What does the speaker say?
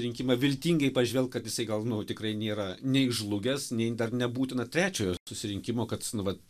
rinkimai viltingai pažvelk kad jisai gal nu tikrai nėra nei žlugęs nei dar nebūtina trečiojo susirinkimo kad nu vat